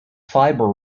fibre